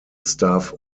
staff